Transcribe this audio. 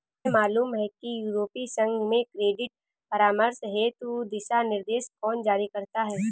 तुम्हें मालूम है कि यूरोपीय संघ में क्रेडिट परामर्श हेतु दिशानिर्देश कौन जारी करता है?